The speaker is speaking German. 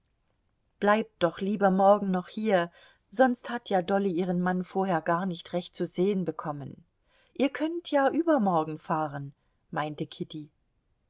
bleibt doch lieber morgen noch hier sonst hat ja dolly ihren mann vorher gar nicht recht zu sehen bekommen ihr könnt ja übermorgen fahren meinte kitty